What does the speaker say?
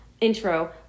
intro